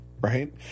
right